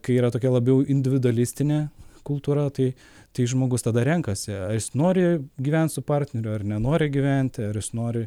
kai yra tokia labiau individualistinė kultūra tai tai žmogus tada renkasi ar jis nori gyvent su partneriu ar nenori gyventi ar nori